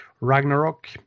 Ragnarok